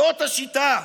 זו השיטה.